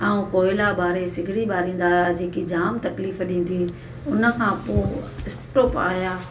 ऐं कोयला ॿारे सिगिरी ॿारींदा हुआ जेकी जाम तकलीफ़ ॾींदी हुनखां पोइ इश्टोप आया